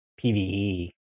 PvE